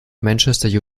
manchester